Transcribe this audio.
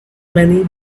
many